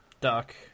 Duck